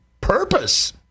purpose